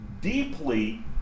deeply